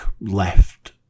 left